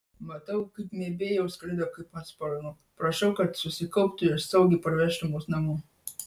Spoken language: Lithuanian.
matau kaip mb jau skraido kaip ant sparnų prašau kad susikauptų ir saugiai parvežtų mus namo